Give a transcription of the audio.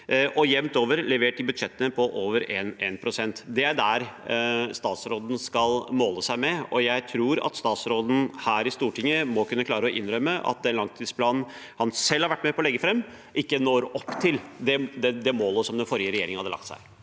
jevnt over mer enn 1 pst. av BNP i budsjettene. Det er det statsråden skal måles mot. Jeg tror at statsråden her i Stortinget må kunne klare å innrømme at den langtidsplanen han selv har vært med på å legge fram, ikke når opp til det målet som den forrige regjeringen satte seg.